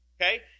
Okay